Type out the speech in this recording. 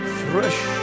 fresh